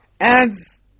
adds